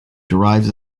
derives